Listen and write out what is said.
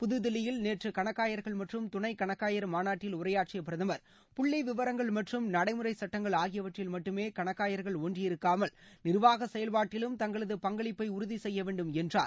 புதுதில்லியில் நேற்று கணக்காயர்கள் மற்றும் துணை கணக்காயர் மாநாட்டில் உரையாற்றிய பிரதமர் புள்ளி விவரங்கள் மற்றும் நடைமுறைச்சுட்டங்கள் ஆகியவற்றில் மட்டுமே கணக்காயர்கள் ஒன்றியிருக்காமல் நிர்வாக செயல்பாட்டிலும் தங்களது பங்களிப்பை உறுதி செய்யவேண்டும் என்றார்